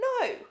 no